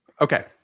Okay